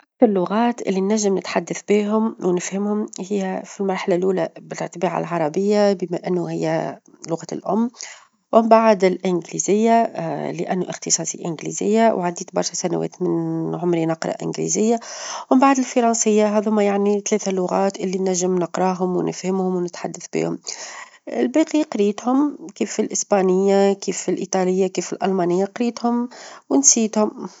أكثر لغات اللي ننجم نتحدث بيهم، ونفهمهم هي: في المرحلة الأولى بالطبيعة العربية بما إنو هي لغتي الأم، ومن بعد الإنجليزية لأنو اختصاصاتي إنجليزية وعديت برشا سنة وإثنين من عمري نقرأ إنجليزية، ومن بعد الفرنسية هاذ هما يعني ثلاثة لغات اللي ننجم نقراهم، ونفهمهم، ونتحدث بهم، الباقي قريتهم كيف الإسبانية، كيف الإيطالية، كيف الألمانية قريتهم، ونسيتهم.